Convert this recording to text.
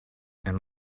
and